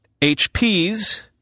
HPs